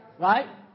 Right